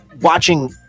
watching